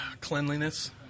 Cleanliness